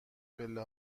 پله